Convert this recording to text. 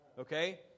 Okay